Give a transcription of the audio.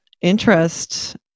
interest